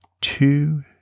two